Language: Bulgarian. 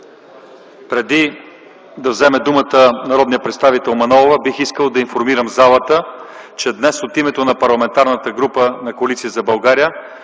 Преди да вземе думата народният представител Манолова бих искал да информирам залата, че днес от името на Парламентарната група на Коалиция за България